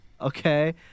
Okay